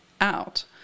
out